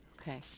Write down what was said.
Okay